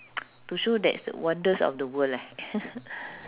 to show that's wonders of the world eh